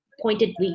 pointedly